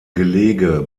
gelege